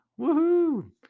Woohoo